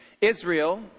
Israel